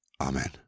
Amen